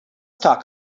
talk